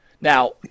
Now